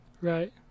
Right